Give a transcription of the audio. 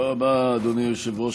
תודה רבה, אדוני היושב-ראש.